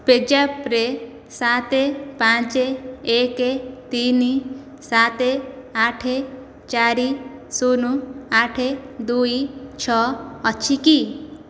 ପେଜାପ୍ରେ ସାତ ପାଞ୍ଚ ଏକ ତିନି ସାତ ଆଠ ଚାରି ଶୂନ ଆଠ ଦୁଇ ଛଅ ଅଛି କି